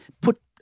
put